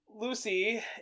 Lucy